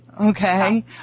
Okay